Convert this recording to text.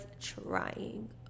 trying